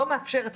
לא מאפשרת,